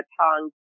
tongue